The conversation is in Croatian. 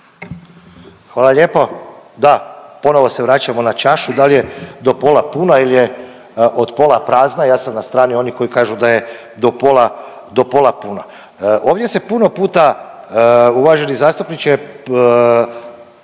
Hvala lijepo. Da, ponovo se vraćamo na čašu dal' je do pola puna ili je od pola prazna. Ja sam na strani onih koji kažu da je do pola puna. Ovdje se puno puta uvaženi zastupniče